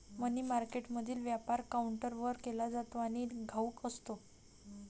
मनी मार्केटमधील व्यापार काउंटरवर केला जातो आणि घाऊक असतो